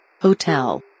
Hotel